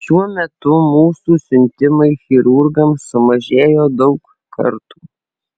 šiuo metu mūsų siuntimai chirurgams sumažėjo daug kartų